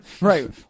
Right